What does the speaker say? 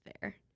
Fair